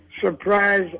Surprise